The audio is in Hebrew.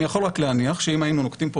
אני יכול רק להניח שאם היינו נוקטים פה